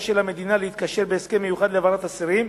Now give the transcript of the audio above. של המדינה להתקשר בהסכם מיוחד להעברת אסירים,